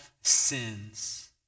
sins